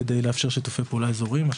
כדי לאפשר שיתופי פעולה אזוריים מה